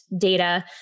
data